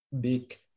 big